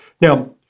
Now